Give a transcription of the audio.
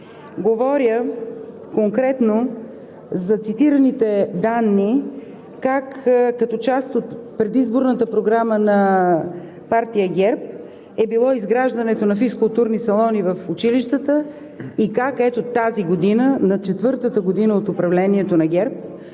Говоря конкретно за цитираните данни как като част от предизборната програма на партия ГЕРБ е било изграждането на физкултурни салони в училищата и как ето тази година, на четвъртата година от управлението на ГЕРБ,